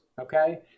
okay